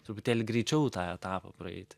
truputėlį greičiau tą etapą praeit